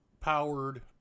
powered